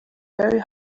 very